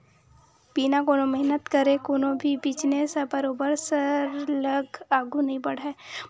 बिना कोनो मेहनत करे कोनो भी बिजनेस ह बरोबर सरलग आघु नइ बड़हय